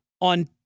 on